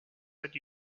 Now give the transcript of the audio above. that